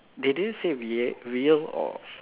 they didn't say rea~ real or